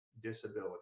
disability